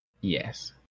Yes